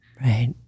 right